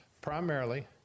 Primarily